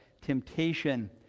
temptation